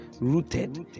rooted